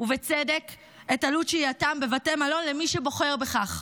ובצדק את עלות שהייתם בבתי מלון, למי שבוחר בכך.